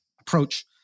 approach